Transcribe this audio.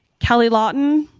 kelly lawton,